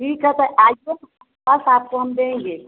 ठीक है तो आइए सात को हम देंगे